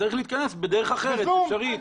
צריך להתכנס בדרך אחרת אפשרית.